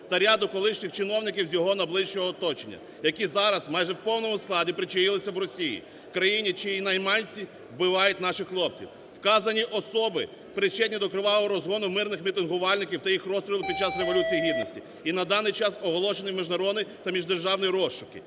та ряду колишніх чиновників з його найближчого оточення, які зараз майже в повному складі причаїлися в Росії, в країні, чиї найманці вбивають наших хлопців. Вказані особи причетні до кривавого розгону мирних мітингувальників та їх розстрілу під час Революції Гідності і на даний час оголошені в міжнародні та міждержавні розшуки,